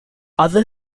other